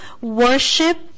worship